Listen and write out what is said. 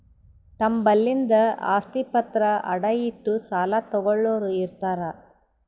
ತಮ್ ಬಲ್ಲಿಂದ್ ಆಸ್ತಿ ಪತ್ರ ಅಡ ಇಟ್ಟು ಸಾಲ ತಗೋಳ್ಳೋರ್ ಇರ್ತಾರ